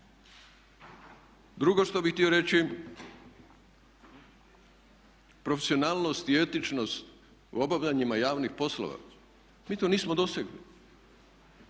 Drugo što bih htio reći profesionalnost i etičnost u obavljanjima javnih poslova, mi to nismo dosegli